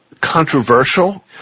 controversial